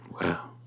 Wow